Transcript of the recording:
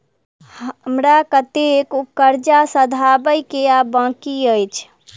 हमरा कतेक कर्जा सधाबई केँ आ बाकी अछि?